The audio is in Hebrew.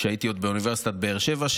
כשהייתי עוד באוניברסיטת באר שבע,